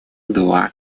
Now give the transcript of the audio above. два